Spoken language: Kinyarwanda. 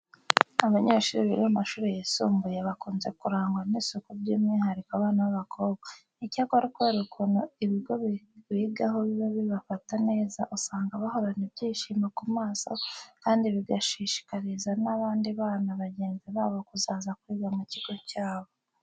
Abanyeshuri biga mu mashuri yisumbuye bakunze kurangwa n'isuku by'umwihariko abana b'abakobwa. Icyakora kubera ukuntu ibigo bigaho biba bibafata neza, usanga bahorana ibyishimo ku maso kandi bagashishikariza n'abandi bana bagenzi babo kuzaza kwiga mu kigo cyabo.